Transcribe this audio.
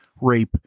rape